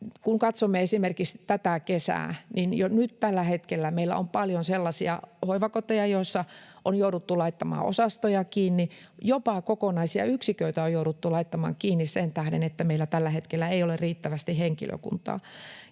Kun katsomme esimerkiksi tätä kesää, jo nyt tällä hetkellä meillä on paljon sellaisia hoivakoteja, joissa on jouduttu laittamaan osastoja kiinni. Jopa kokonaisia yksiköitä on jouduttu laittamaan kiinni sen tähden, että meillä tällä hetkellä ei ole riittävästi henkilökuntaa.